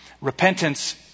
Repentance